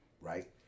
right